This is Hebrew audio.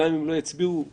גם אם לא יצביעו כדעתי,